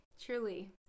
truly